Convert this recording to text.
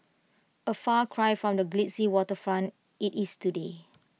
A far cry from the glitzy waterfront IT is today